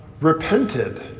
repented